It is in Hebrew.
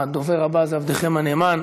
הדבר הבא הוא עבדכם הנאמן,